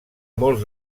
molts